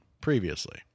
previously